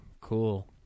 Cool